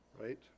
Right